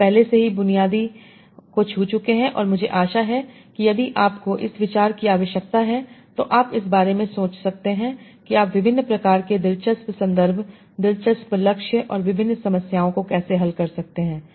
आप पहले से ही बुनियादी संदर्भ समय 3726 को छू चुके हैं और मुझे आशा है कि यदि आपको इस विचार की आवश्यकता है तो आप इस बारे में सोच सकते हैं कि आप विभिन्न प्रकार के दिलचस्प संदर्भ दिलचस्प लक्ष्य और विभिन्न समस्याओं को कैसे हल करते हैं